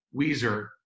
Weezer